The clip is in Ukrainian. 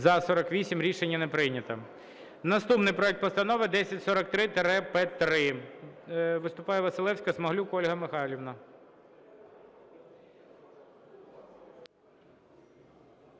За-48 Рішення не прийнято. Наступний проект Постанови 1043-П3. Виступає Василевська-Смаглюк Ольга Михайлівна.